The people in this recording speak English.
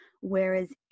whereas